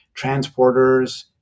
transporters